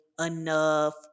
enough